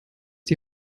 die